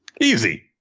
Easy